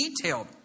detailed